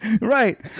right